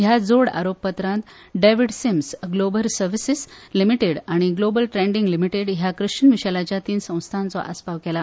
ह्या जोड आरोपपत्रांत David Sims Global Services Limited आनी ग्लोबल ट्रेडिंग लिमीटेड ह्या क्रिश्चन मिशेलाच्या तिन संस्थांचो आसपाव केला